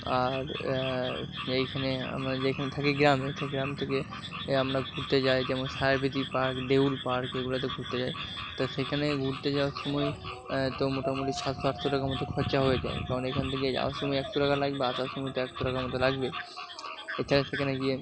আর এইখানে আমরা যেইখানে থাকি গ্রামে সেই গ্রাম থেকে আমরা ঘুরতে যাই যেমন সায়রবীথি পার্ক দেউল পার্ক ওইগুলোতে ঘুরতে যাই তো সেখানে ঘুরতে যাওয়ার সময় তো মোটামুটি সাতশো আটশো টাকা মতো খরচা হয়ে যায় কারণ এইখান থেকে যাওয়ার সময় একশো টাকা লাগবে আসার সময় তো একশো টাকা মতো লাগবে সেখানে গিয়ে